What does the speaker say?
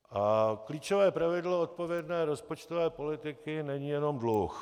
A klíčové pravidlo odpovědné rozpočtové politiky není jen dluh.